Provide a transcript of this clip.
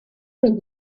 mynd